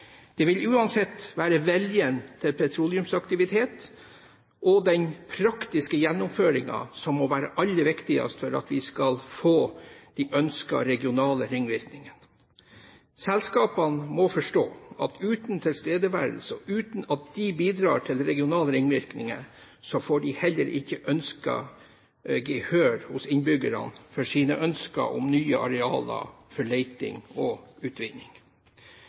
Det vil uansett være viljen til petroleumsaktivitet og den praktiske gjennomføringen som må være aller viktigst for at vi skal få de ønskede regionale ringvirkningene. Selskapene må forstå at uten tilstedeværelse og uten at de bidrar til regionale ringvirkninger, så får de heller ikke gehør hos innbyggerne for sine ønsker om nye arealer for leting og utvinning.